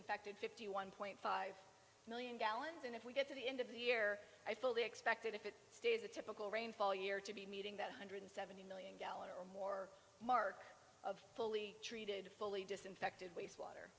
disinfected fifty one point five million gallons and if we get to the end of the year i fully expected if it stays a typical rainfall year to be meeting that one hundred three million gallon or more mark of fully treated fully disinfected waste